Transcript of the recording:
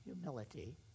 humility